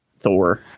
thor